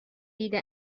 دیده